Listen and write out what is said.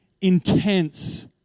intense